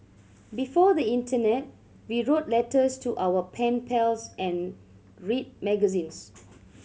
before the internet we wrote letters to our pen pals and read magazines